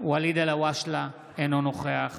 אינו נוכח